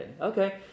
okay